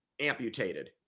amputated